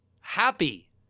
happy